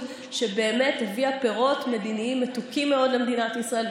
שבאמת הביאה פירות מדיניים מתוקים מאוד למדינת ישראל,